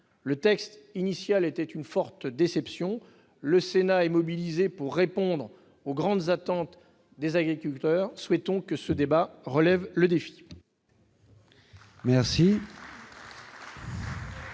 Le texte initial était une forte déception. Le Sénat est mobilisé pour répondre aux grandes attentes des agriculteurs. Souhaitons que le débat soit